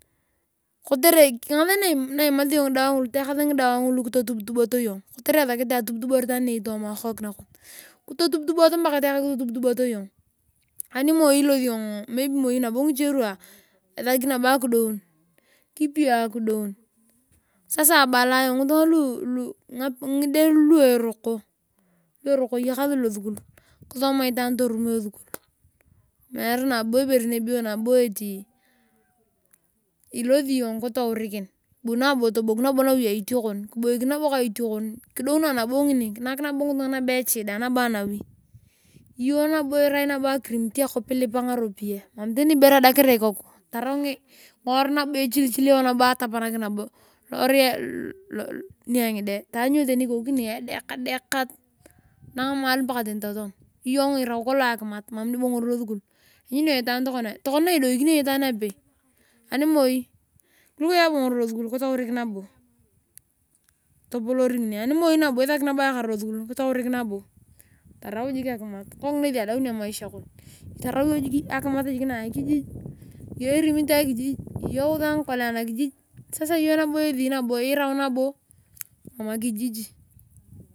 Kotere ngasaa na imasia iyong ngidawarae ngulu tayakasi ngidawae ngulu kitotubotubo yong. kotere esakote atubulubuor itwaan nienyei tooma akook nakon. Kitotubutubu mpaka toyakasi kitotubutubu iyong animoi ilosi yong maybe nabo ngiche ruwa esaki nabo akidain kipiyo akidoon. Sasa abala ayong maybe ngitunga lu angide luroko eyakasi losukul kisoma itwaan torwaa esukul meere nabo ibore niebeyo nabo eti ilosi iyong kitourikin bu nato tobongnawi rutiokon kiboikin nabo kaitokon kidounae nabo ngini nak nabo ngilanga eshida nanbo anawi iyong nabo irai akirimit akwap. Ilipa ngarapiya mam tani ibore edokere ikoku tarau nguosui nabo echilchiliyo nabo atapanakin nabo luorui angide taany iyong tani ikoku ngini edekadekatang maali mpaka tani toton iyong irau kolong akimat mam nibongori losukul. Lanyuni tani tokona. Tokona nidoikinio itwaan apei animoi kulie iyong abongor losukul kitourik nabo. Tapolor ngini animoi nabo isaki aekar losukul kitourik nabo tarau jik akimat. Kungina ngesi adauni emaisha kon tarau iyong jik akimat na akijij iyong irimit akijiji iyong iusae ngikolea anakijij sasa iyo nabo esi nabo irau nabo mama kijiji.